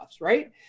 right